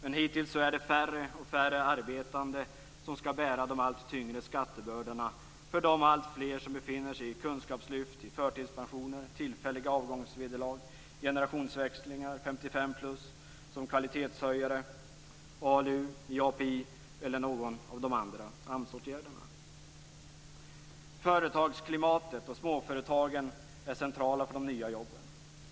Men hittills är det färre och färre arbetande som skall bära de allt tyngre skattebördorna för de alltfler som befinner sig i kunskapslyft, förtidspensioner, tillfälliga avgångsvederlag, generationsväxlingar, 55-plus, kvalitetshöjare, ALU, API eller någon av alla de andra AMS-åtgärderna. Företagsklimatet och småföretagen är centrala för de nya jobben.